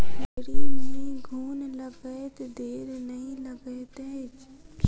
लकड़ी में घुन लगैत देर नै लगैत अछि